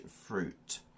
fruit